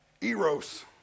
Eros